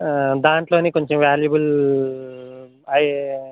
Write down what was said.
దాంట్లోనే కొంచెం వ్యాల్యుబుల్ అ